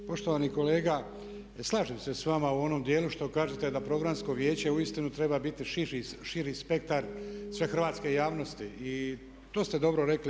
Poštovani kolega, slažem se sa vama u onom dijelu što kažete kada Programsko vijeće uistinu treba biti širi spektar sve hrvatske javnosti i to ste dobro rekli.